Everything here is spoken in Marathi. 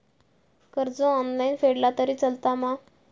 कर्ज ऑनलाइन फेडला तरी चलता मा?